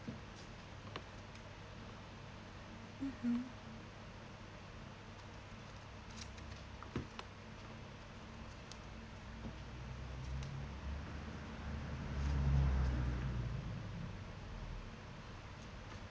mmhmm